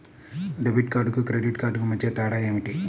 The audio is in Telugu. డెబిట్ కార్డుకు క్రెడిట్ కార్డుకు మధ్య తేడా ఏమిటీ?